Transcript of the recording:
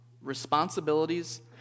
responsibilities